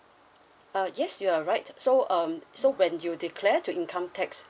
uh yes you are right so um so when you declare to income tax